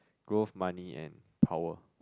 growth money and power